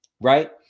right